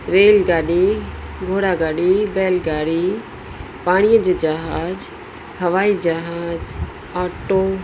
rail गाॾी घोड़ा गाॾी बैल गाड़ी पाणीअ जो जहाज हवाई जहाज ऑटो